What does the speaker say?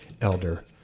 Elder